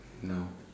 no